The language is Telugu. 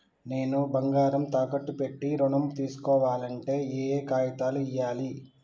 నేను బంగారం తాకట్టు పెట్టి ఋణం తీస్కోవాలంటే ఏయే కాగితాలు ఇయ్యాలి?